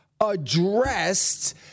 addressed